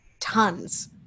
tons